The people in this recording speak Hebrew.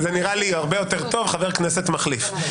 זה נראה לי הרבה יותר טוב "חבר כנסת מחליף".